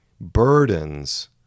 burdens